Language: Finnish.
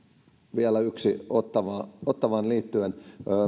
vielä yksi ottawaan liittyen